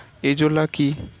Azolla কি?